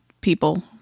people